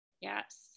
Yes